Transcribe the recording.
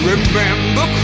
Remember